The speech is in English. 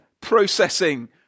processing